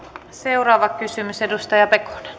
seuraava kysymys edustaja pekonen